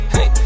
Hey